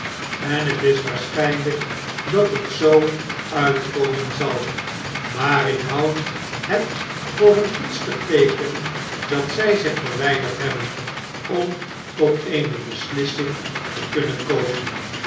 en het is waarschii'nlijk dat het zoo uitkomen zal maar ik houd het voor een gunstig teeken dat zjj zich verwjjderd hebben om tot eenebeslissing te kunnen komen